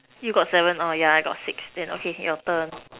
you got seven oh yeah I got six then okay your turn